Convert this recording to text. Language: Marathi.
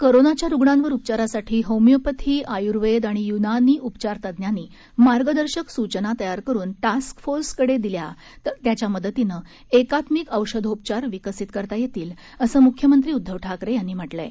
कोरोनाच्या रुग्णांवर उपचारासाठी होमिओपॅथी आय्र्वेद आणि य्नानी उपचार तज्ञांनी मार्गदर्शक सूचना तयार करून टास्क फोर्सकडे दिल्या तर त्याच्या मदतीनं एकात्मिक औषधोपचार विकसित करता येतील असं म्ख्यमंत्री उद्धव ठाकरे यांनी म्हटलं आहे